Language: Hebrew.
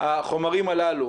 החומרים הללו,